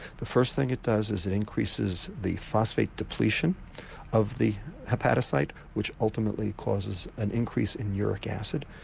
the first thing it does is it increases the phosphate depletion of the hepatocyte which ultimately causes an increase in uric acid.